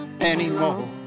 anymore